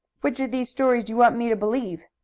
which of these stories do you want me to believe?